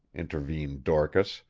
intervened dorcas,